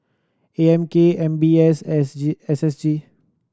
A M K M B S S G S S G